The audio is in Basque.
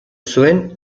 zuen